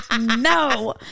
No